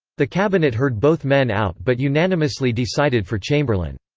the cabinet heard both men out but unanimously decided for chamberlain.